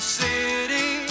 city